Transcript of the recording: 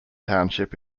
township